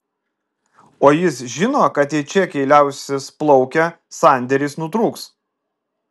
o jis žino kad jei čekiai liausis plaukę sandėris nutrūks